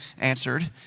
answered